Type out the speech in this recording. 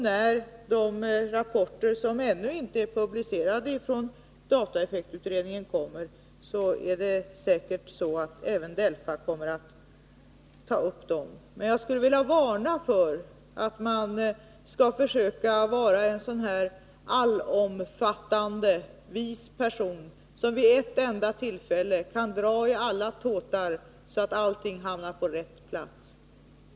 När de rapporter som ännu inte är publicerade från dataeffektutredningen föreligger är jag säker på att även DELFA kommer att ta upp dem. Jag skulle vilja varna den som försöker vara en sådan där allomfattande vis person som vid ett enda tillfälle kan dra i alla tåtar, så att allting hamnar på rätt plats.